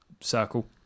circle